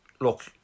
look